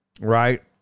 right